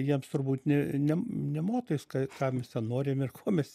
jiems turbūt nė ne ne motais ka ką mes ten norim ir ko mes